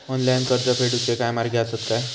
Online कर्ज फेडूचे काय मार्ग आसत काय?